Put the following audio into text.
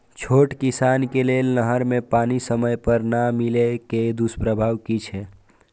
छोट किसान के लेल नहर के पानी समय पर नै मिले के दुष्प्रभाव कि छै?